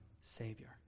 Savior